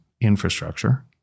infrastructure